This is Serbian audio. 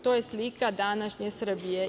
To je slika današnje Srbije.